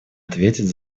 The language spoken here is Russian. ответить